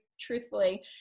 truthfully